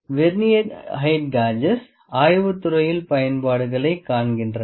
vernier height gauges ஆய்வுத் துறையில் பயன்பாடுகளைக் காண்கின்றன